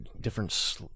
different